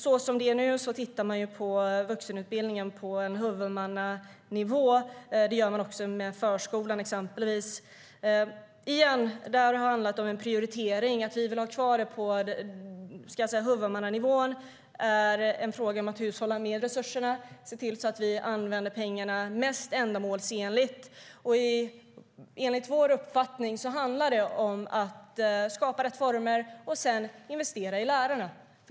Så som det är nu tittar man på vuxenutbildningen på en huvudmannanivå. Det gör man också med förskolan, exempelvis. Återigen, det här har handlat om en prioritering. Att vi vill ha kvar det på huvudmannanivån är en fråga om att hushålla med resurserna och se till att vi använder pengarna mest ändamålsenligt. Enligt vår uppfattning handlar det om att skapa rätt former och sedan investera i lärarna.